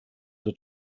were